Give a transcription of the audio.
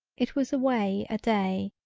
it was a way a day,